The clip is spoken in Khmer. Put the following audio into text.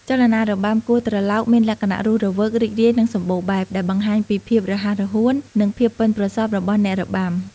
ចលនារបាំគោះត្រឡោកមានលក្ខណៈរស់រវើក រីករាយ និងសម្បូរបែប ដែលបង្ហាញពីភាពរហ័សរហួន និងភាពប៉ិនប្រសប់របស់អ្នករបាំ។